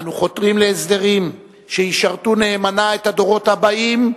אנו חותרים להסדרים שישרתו נאמנה את הדורות הבאים,